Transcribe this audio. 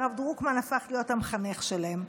והרב דרוקמן הפך להיות המחנך שלהם.